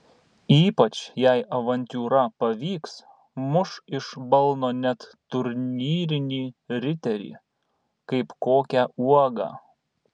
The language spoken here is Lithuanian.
ypač jei avantiūra pavyks muš iš balno net turnyrinį riterį kaip kokią uogą